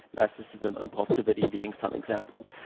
narcissism, impulsivity being some examples.